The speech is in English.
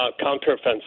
counteroffensive